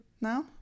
No